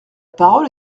parole